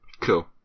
Cool